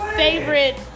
favorite